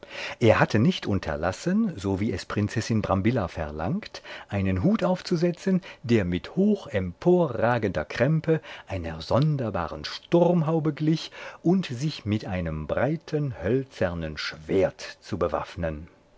er hatte nicht unterlassen so wie es prinzessin brambilla verlangt einen hut aufzusetzen der mit hoch emporragender krempe einer sonderbaren sturmhaube glich und sich mit einem breiten hölzernen schwert zu bewaffnen